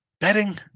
Betting